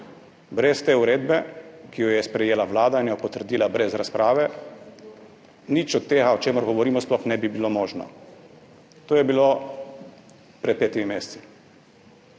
Brez te uredbe, ki jo je sprejela Vlada in jo potrdila brez razprave, nič od tega, o čemer govorimo, sploh ne bi bilo možno. To je bilo pred petimi meseci.